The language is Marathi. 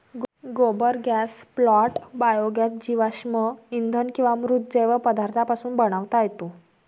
गोबर गॅस प्लांट बायोगॅस जीवाश्म इंधन किंवा मृत जैव पदार्थांपासून बनवता येतो